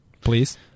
Please